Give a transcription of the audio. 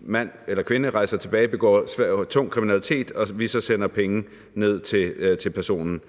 mand eller kvinde rejser tilbage og begår tung kriminalitet og vi så sender penge ned til personen.